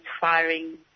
firing